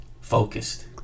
focused